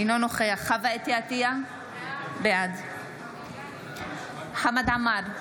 אינו נוכח חוה אתי עטייה, בעד חמד עמאר,